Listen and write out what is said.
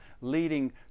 leading